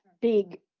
big